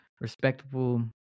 respectable